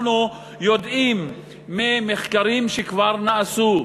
אנחנו יודעים ממחקרים שכבר נעשו,